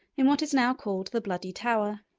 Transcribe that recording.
in what is now called the bloody tower.